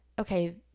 Okay